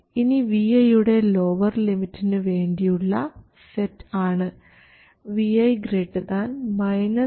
ഇനി vi യുടെ lower ലിമിറ്റിന് വേണ്ടിയുള്ള സെറ്റ് ആണ്